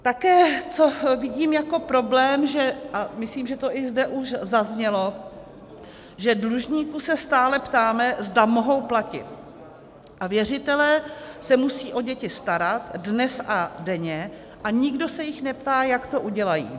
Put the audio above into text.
Také co vidím jako problém, a myslím, že to už zde zaznělo, že dlužníků se stále ptáme, zda mohou platit, a věřitelé se musí o děti starat dnes a denně a nikdo se jich neptá, jak to udělají.